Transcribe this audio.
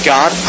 God